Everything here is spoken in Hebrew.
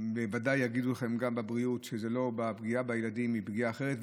בוודאי יגידו לכם גם בבריאות שהפגיעה בילדים היא פגיעה אחרת,